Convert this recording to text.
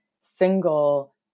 single